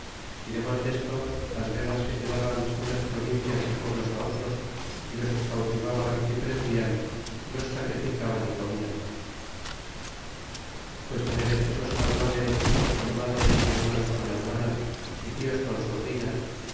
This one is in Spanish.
y demás desto las guerras que se daban unas provincias y pueblos á otros y los que cautivaban y prendian los sacrificaban y comian pues tener excesos carnales hijos con madres y hermanos con hermanas y tios con sobrinas